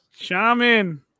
Shaman